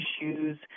issues